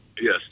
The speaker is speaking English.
Yes